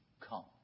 come